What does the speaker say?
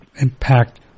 impact